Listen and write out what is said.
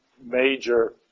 major